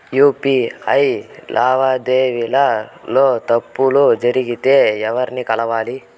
UPI లావాదేవీల లో తప్పులు జరిగితే ఎవర్ని కలవాలి?